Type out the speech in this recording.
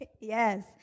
Yes